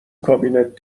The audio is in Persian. کابینت